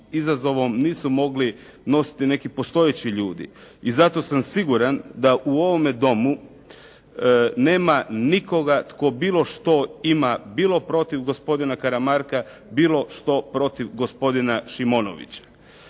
izazovom nisu mogli nositi neki postojeći ljudi i zato sam siguran da u ovome Domu nema nikoga tko bilo što ima, bilo protiv gospodina Karamarka, bilo što protiv gospodina Šimonovića.